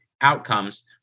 outcomes